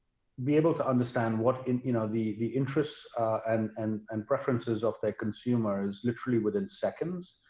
be able to understand what you know the the interests and and and preferences of their consumers literally within seconds,